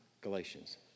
Galatians